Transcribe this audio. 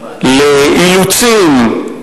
לאילוצים.